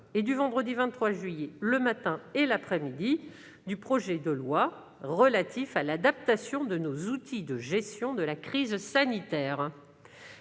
et du vendredi 23 juillet, le matin et l'après-midi, du projet de loi relatif à l'adaptation de nos outils de gestion de la crise sanitaire.